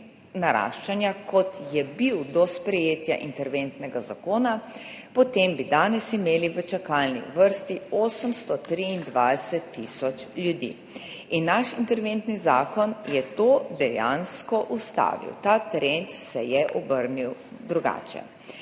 naraščanja, kot je bil do sprejetja interventnega zakona, potem bi danes imeli v čakalni vrsti 823 tisoč ljudi. Naš interventni zakon je to dejansko ustavil. Ta trend se je obrnil drugače.